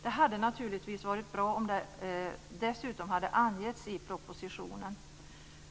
Det hade naturligtvis varit bra om det dessutom angetts i propositionen.